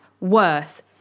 worse